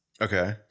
Okay